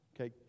Okay